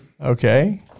Okay